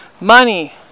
money